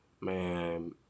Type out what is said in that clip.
Man